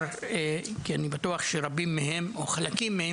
כי אני מניח שרבים מהם או חלקים מהם